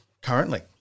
currently